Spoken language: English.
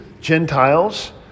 Gentiles